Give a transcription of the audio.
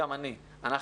גם אנחנו,